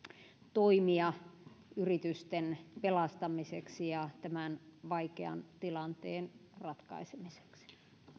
toimia yritysten pelastamiseksi ja tämän vaikean tilanteen ratkaisemiseksi